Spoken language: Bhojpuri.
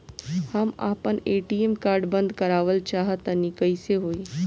हम आपन ए.टी.एम कार्ड बंद करावल चाह तनि कइसे होई?